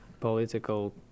political